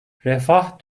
refah